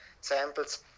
samples